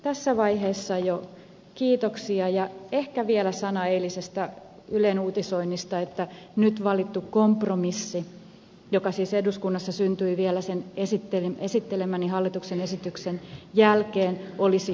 tässä vaiheessa jo kiitoksia ja ehkä vielä sana eilisestä ylen uutisoinnista että nyt valittu kompromissi joka siis eduskunnassa syntyi vielä sen esittelemäni hallituksen esityksen jälkeen olisi outo